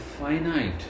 finite